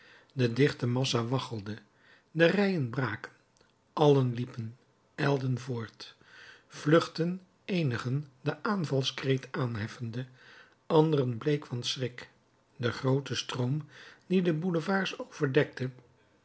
de dichte massa waggelde de rijen braken allen liepen ijlden voort vluchtten eenigen den aanvalskreet aanheffende anderen bleek van schrik de groote stroom dien de boulevards overdekte